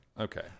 okay